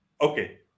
Okay